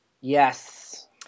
yes